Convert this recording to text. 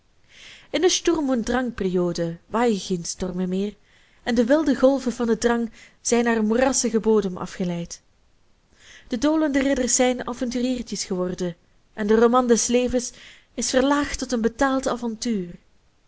in de sturm und drangperiode waaien geen stormen meer en de wilde golven van den drang zijn naar een moerassigen bodem afgeleid de dolende ridders zijn avonturiertjes geworden en de roman des levens is verlaagd tot een betaald avontuur